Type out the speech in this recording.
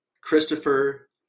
Christopher